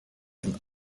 and